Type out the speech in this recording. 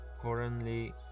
Currently